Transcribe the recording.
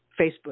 Facebook